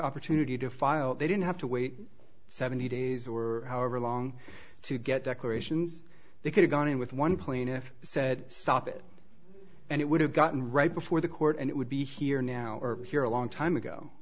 opportunity to file they didn't have to wait seventy days or however long to get declarations they could've gone in with one plaintiff said stop it and it would have gotten right before the court and it would be here now or here a long time ago